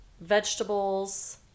Vegetables